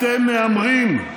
אתם מהמרים,